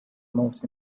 moves